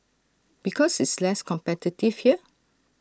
because it's less competitive here